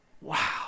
Wow